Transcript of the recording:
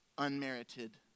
unmerited